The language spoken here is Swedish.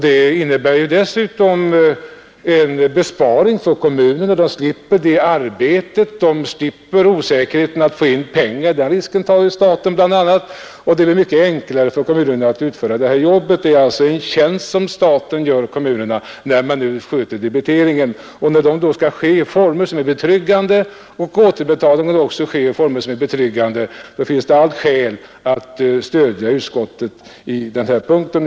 Det innebär dessutom en besparing för kommunerna, som slipper arbetet och osäkerheten att få in pengar — den risken tar ju staten. Dessutom är det mycket enklare för kommunen. När staten nu sköter debiteringen, är det en tjänst som staten gör kommunerna. Då nu såväl debiteringen som återbetalningen skall ske i former som är betryggande, finns det allt skäl att stödja utskottet på denna punkt.